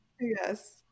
Yes